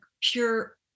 pure